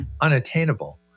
unattainable